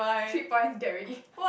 three point get ready